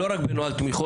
לא רק בנוהל תמיכות,